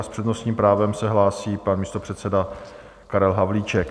A s přednostním právem se hlásí pan místopředseda Karel Havlíček.